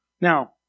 Now